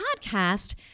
podcast